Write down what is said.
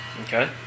Okay